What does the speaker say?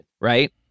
right